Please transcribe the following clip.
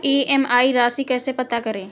EMI राशि कैसे पता करें?